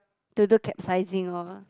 to do capsizing all